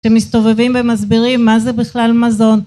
שמסתובבים ומסבירים מה זה בכלל מזון